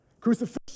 Crucifixion